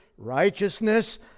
righteousness